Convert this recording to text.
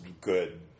good